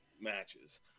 matches